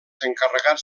encarregats